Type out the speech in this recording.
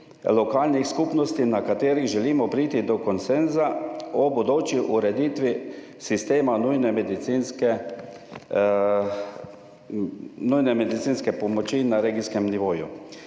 lokalnih skupnosti, na katerih želimo priti do konsenza o bodoči ureditvi sistema nujne medicinske pomoči na regijskem nivoju.